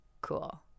cool